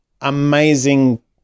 amazing